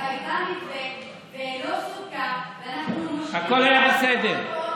לא סוכם, הכול היה בסדר.